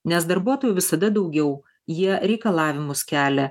nes darbuotojų visada daugiau jie reikalavimus kelia